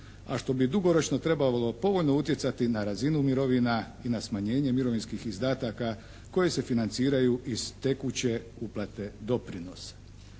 A što bi dugoročno trebalo povoljno utjecati na razinu mirovina i na smanjenje mirovinskih izdataka koji se financiraju iz tekuće uplate doprinosa.